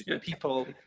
People